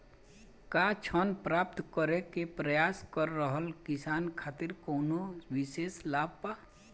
का ऋण प्राप्त करे के प्रयास कर रहल किसान खातिर कउनो विशेष लाभ बा?